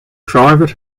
private